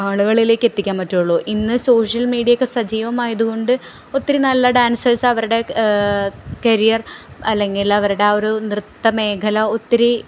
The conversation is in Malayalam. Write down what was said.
ആളുകളിലേക്ക് എത്തിക്കാൻ പറ്റുകയുള്ളു ഇന്ന് സോഷ്യൽ മീഡിയയൊക്കെ സജീവമായതുകൊണ്ട് ഒത്തിരി നല്ല ഡാൻസേഴ്സ് അവരുടെ കരിയർ അല്ലെങ്കിലവരുടെ ആ ഒരു നൃത്ത മേഖല ഒത്തിരി